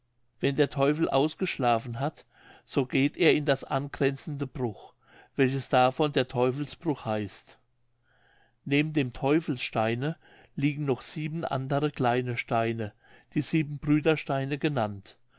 wenn der teufel ausgeschlafen hat so geht er in das angrenzende bruch welches davon der teufelsbruch heißt neben dem teufelssteine liegen noch sieben andere kleinere steine die siebenbrüdersteine genannt